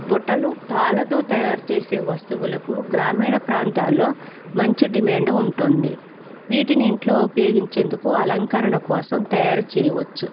బుట్టలు తాళ్ళతో తయారు చేసే వస్తువులకు గ్రామీణ ప్రాంతాల్లో మంచి డిమాండ్ ఉంటుంది వీటిని ఇంట్లో ఉపయోగించేందుకు అలంకరణ కోసం తయారు చేయవచ్చు